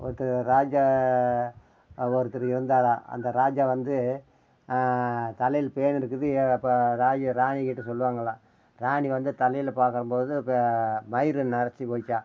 ஒருத்தர் ராஜா ஒருத்தர் இருந்தாராம் அந்த ராஜா வந்து தலையில் பேன் இருக்குது எ அப்போ ராயி ராணிகிட்டே சொல்வாங்களாம் ராணி வந்து தலையில் பாக்கும்போது ப மயிர் நரைச்சி போச்சாம்